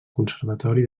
conservatori